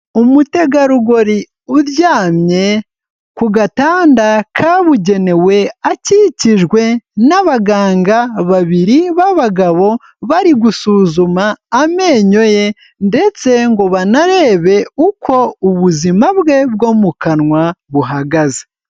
Umutegarugori uryamye ku gatanda kabugenewe, akikijwe n'abaganga babiri b'abagabo, bari gusuzuma amenyo ye ndetse ngo banarebe uko ubuzima bwe bwo mu kanwa buhagaze.